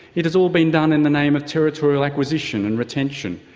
it has all been done in the name of territorial acquisition and retention,